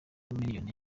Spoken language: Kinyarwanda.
miliyoni